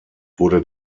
wurde